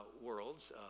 worlds